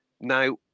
Now